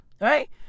Right